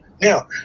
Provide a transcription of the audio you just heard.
now